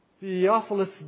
Theophilus